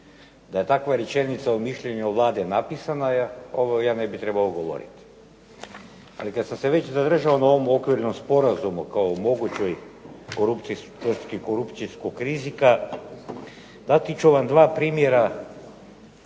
Da je takva rečenica o mišljenju Vlade napisana, ovo ja ne bi trebao govoriti. Ali kad sam se već zadržao na ovom okvirnom sporazumu, kao mogućoj …/Ne razumije se./… korupcijskog rizika, dati ću vam dva primjera